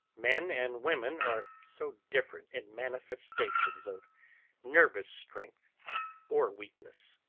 men and women are so different in manifestations of nervous strength or weakness!